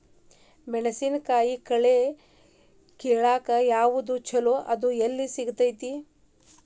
ಮೆಣಸಿನಕಾಯಿ ಕಳೆ ಕಿಳಾಕ್ ಯಾವ್ದು ಛಲೋ ಮತ್ತು ಅದು ಎಲ್ಲಿ ಸಿಗತೇತಿ?